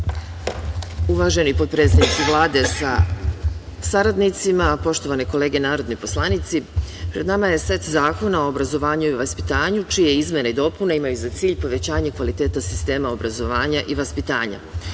potpredsednici Vlade sa saradnicima, poštovane kolege narodni poslanici, pred nama je set zakona o obrazovanju i vaspitanju, čije izmene i dopune imaju za cilj povećanje kvaliteta sistema obrazovanja i vaspitanja.